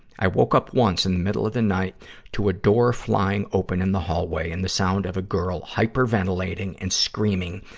i woke up once in the middle of the night to a door flying open in the hallway and the sound of a girl hyperventilating and screaming,